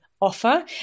offer